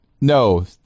No